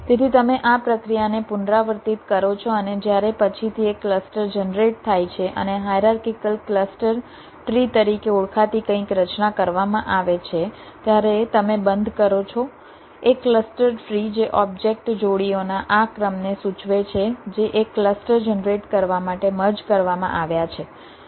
તેથી તમે આ પ્રક્રિયાને પુનરાવર્તિત કરો છો અને જ્યારે પછીથી એક ક્લસ્ટર જનરેટ થાય છે અને હાયરાર્કિકલ ક્લસ્ટર ટ્રી તરીકે ઓળખાતી કંઈક રચના કરવામાં આવે છે ત્યારે તમે બંધ કરો છો એક ક્લસ્ટર ટ્રી જે ઓબ્જેક્ટ જોડીઓના આ ક્રમને સૂચવે છે જે એક ક્લસ્ટર જનરેટ કરવા માટે મર્જ કરવામાં આવ્યા છે